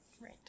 Right